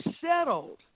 settled